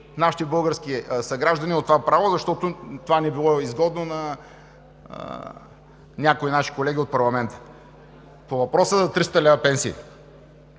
нашите български съграждани от това право, защото това не било изгодно на някои наши колеги от парламента! По въпроса за 300 лв. пенсия.